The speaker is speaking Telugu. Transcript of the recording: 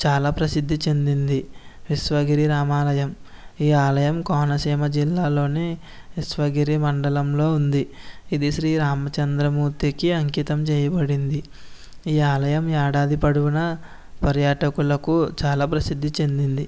చాలా ప్రసిద్ది చెందింది విశ్వగిరి రామాలయం ఈ ఆలయం కోనసీమ జిల్లాలోని విశ్వగిరి మండలంలో ఉంది ఇది శ్రీ రామచంద్రమూర్తికి అంకితం చేయబడింది ఈ ఆలయం ఏడాది పొడుగునా పర్యాటకులకు చాలా ప్రసిద్ది చెందింది